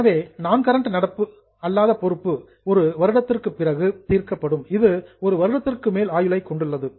எனவே நான் கரண்ட் நடப்பு அல்லாத பொறுப்பு ஒரு வருடத்திற்கு பிறகு செட்டில்டு தீர்க்கப்படும் இது ஒரு வருடத்திற்கு மேல் ஆயுளை கொண்டுள்ளது